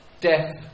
death